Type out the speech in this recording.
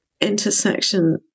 intersection